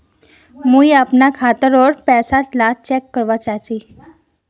मुई अपना खाता डार पैसा ला चेक करवा चाहची?